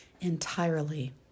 entirely